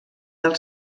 del